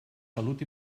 salut